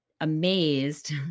amazed